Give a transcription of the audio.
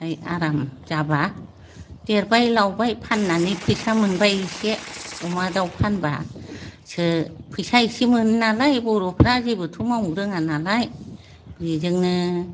ओमफ्राय आराम जाबा देरबाय लावबाय फाननानै फैसा मोनबाय एसे अमा दाउ फानोबासो फैसा एसे मोनो नालाय बर' फ्रा जेबोथ' मावनो रोङा नालाय बेजोंनो